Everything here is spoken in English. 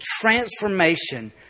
transformation